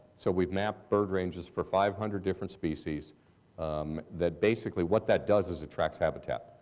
so we've mapped bird ranges for five hundred different species that basically what that does is it tracks habitat.